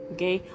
Okay